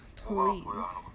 please